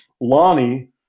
Lonnie